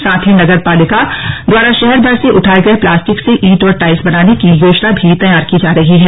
साथ ही नगर पालिका द्वारा शहर भर से उठाए गए प्लास्टिक से ईंट ओर टाइल्स बनाने की योजना भी तैयार की गयी है